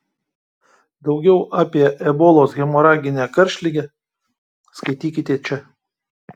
daugiau apie ebolos hemoraginę karštligę skaitykite čia